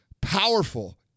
powerful